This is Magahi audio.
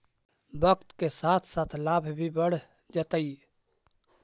वक्त के साथ साथ लाभ भी बढ़ जतइ